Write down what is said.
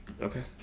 Okay